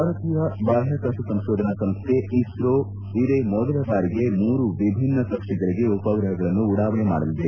ಭಾರತೀಯ ಬಾಹ್ಕಾಕಾಶ ಸಂಶೋಧನಾ ಸಂಸ್ಥೆ ಇಸ್ರೋ ಇದೇ ಮೊದಲ ಬಾರಿಗೆ ಮೂರು ವಿಭಿನ್ನ ಕಕ್ಷೆಗಳಿಗೆ ಉಪಗ್ರಹಗಳನ್ನು ಉಡಾವಣೆ ಮಾಡಲಿದೆ